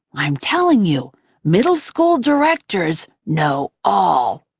i'm telling you middle-school directors know all.